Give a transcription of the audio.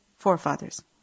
Forefathers